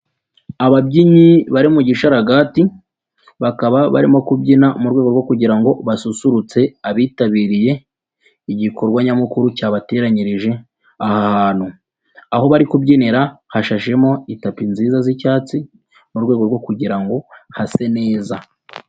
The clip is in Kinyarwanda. Ababyinnyi bari mu gisharaga bakaba barimo kubyina mu rwego rwo kugira ngo basusurutse abitabiriye igikorwa nyamukuru cyabateranyirije aha hantu, aho bari kubyinira hashajemo itapi nziza z'icyatsi mu rwego rwo kugira ngo hase neza.